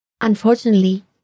Unfortunately